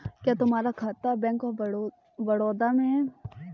क्या तुम्हारा खाता बैंक ऑफ बड़ौदा में है?